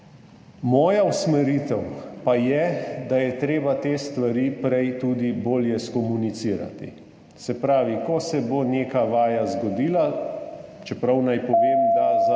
Moja usmeritev pa je, da je treba te stvari prej tudi bolje skomunicirati, se pravi, ko se bo neka vaja zgodila, čeprav naj povem, da je